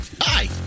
hi